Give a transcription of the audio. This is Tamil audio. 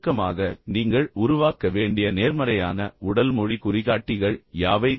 சுருக்கமாக நீங்கள் உருவாக்க வேண்டிய நேர்மறையான உடல் மொழி குறிகாட்டிகள் யாவை